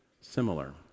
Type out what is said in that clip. similar